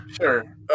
Sure